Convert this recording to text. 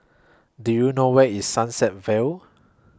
Do YOU know Where IS Sunset Vale